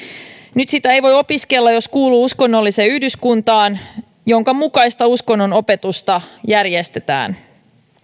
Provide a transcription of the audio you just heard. nyt sitä ei voi opiskella jos kuuluu uskonnolliseen yhdyskuntaan jonka mukaista uskonnonopetusta järjestetään